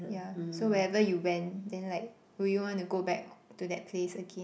yeah so wherever you went then like would you want to go back or to that place again